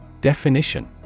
Definition